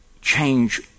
change